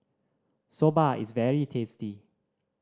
soba is very tasty